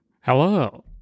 hello